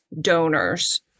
donors